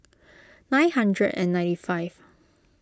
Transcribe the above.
nine hundred and ninety five